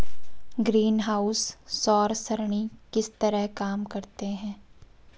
greenhouse सौर सरणी किस तरह काम करते हैं